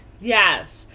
Yes